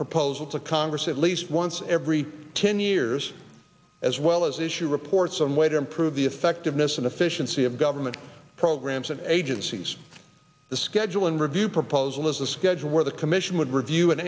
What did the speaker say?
proposal to congress at least once every ten years as well as issue a report some way to improve the effectiveness and efficiency of government programs and agencies the schedule and review proposal is a schedule where the commission would review and